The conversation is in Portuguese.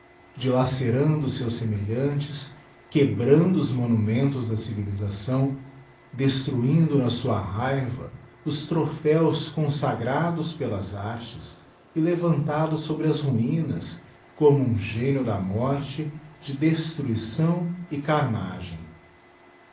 dilacerando os seus semelhantes quebrando os monumentos da civilisação destruindo na sua raiva os trophéos consagrados pdas artes e levantado sobre as ruinas como um génio da morte de destruição e carnagem